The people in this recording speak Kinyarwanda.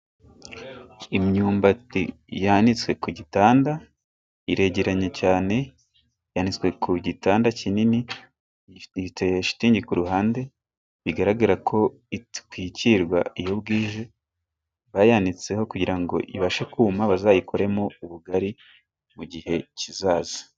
Imyumbati yanitswe ku gitanda iregeranye cyane, yanitswe ku gitanda kinini ifite shitingi ku ruhande, bigaragara ko itwikirwa iyo bwije, bayanitseho kugira ngo ibashe kuma bazayikoremo ubugari mu gihe kizaza.